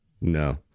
No